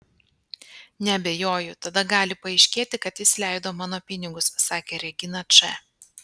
neabejoju tada gali paaiškėti kad jis leido mano pinigus sakė regina č